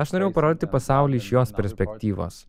aš norėjau parodyti pasaulį iš jos perspektyvos